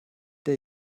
der